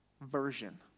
version